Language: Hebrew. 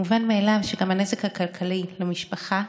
מובן מאליו שגם הנזק הכלכלי למשפחה,